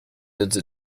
into